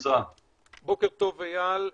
בוקר טוב, איל.